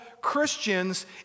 Christians